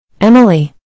Emily